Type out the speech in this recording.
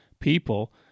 people